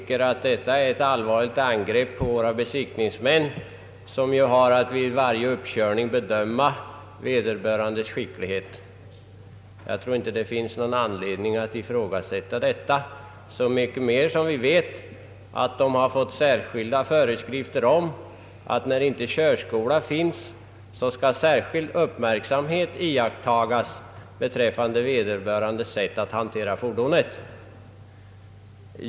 Annars vore det ett ett allvarligt angrepp på våra besiktningsmän, som ju har att vid varje uppkörning bedöma vederbörandes skicklighet. Jag tror inte att det finns någon anledning att ifrågasätta att de gör detta, särskilt som vi vet att de har fått speciella föreskrifter om att när vederbörande inte gått igenom körskola, skall särskild uppmärksamhet iakttas beträffande hans sätt att hantera fordonet.